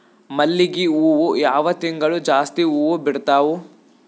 ಮಲ್ಲಿಗಿ ಹೂವು ಯಾವ ತಿಂಗಳು ಜಾಸ್ತಿ ಹೂವು ಬಿಡ್ತಾವು?